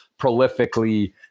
prolifically